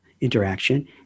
interaction